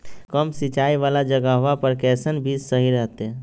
कम सिंचाई वाला जगहवा पर कैसन बीज सही रहते?